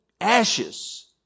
ashes